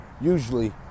Usually